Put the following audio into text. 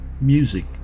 Music